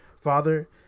father